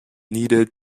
needed